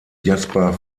jasper